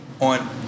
On